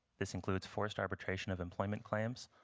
this includes forced arbitration of employment claims,